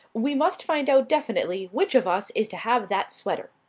we must find out definitely which of us is to have that sweater.